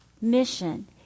mission